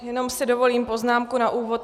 Jenom si dovolím poznámku na úvod.